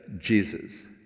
Jesus